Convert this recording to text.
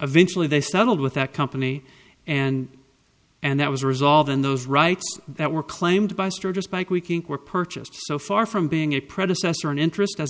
eventually they settled with that company and and that was resolved in those rights that were claimed by sturgis bike week inc were purchased so far from being a predecessor an interest